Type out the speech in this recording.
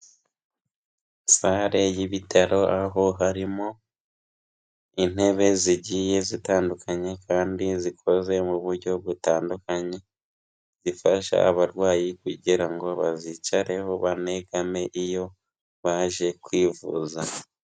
salle y'ibitaro aho harimo intebe zigiye zitandukanye kandi zikoze mu buryo butandukanye zifasha abarwayi kugira ngo bazicareho banegame iyo baje kwivuza.